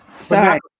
Sorry